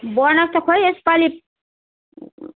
bonus त खोइ यसपालि